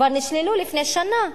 כבר נשללו לפני שנה,